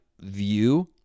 view